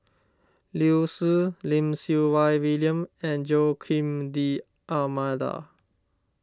Liu Si Lim Siew Wai William and Joaquim D'Almeida